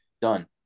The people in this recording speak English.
Done